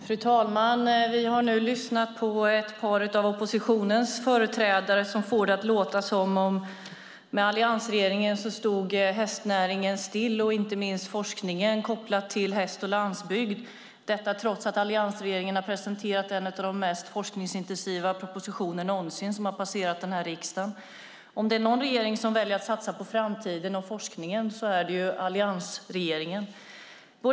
Fru talman! Vi har lyssnat på ett par av oppositionens företrädare som får det att låta som att med alliansregeringen står hästnäringen och inte minst forskningen kopplad till häst och landsbygd still - detta trots att alliansregeringen har presenterat en av de mest forskningsintensiva propositioner som någonsin passerat riksdagen. Om det är någon regering som väljer att satsa på framtiden och forskningen är det alliansregeringen.